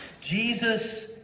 Jesus